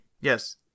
Yes